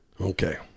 Okay